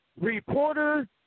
Reporter